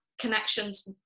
connections